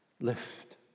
lift